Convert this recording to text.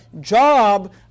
job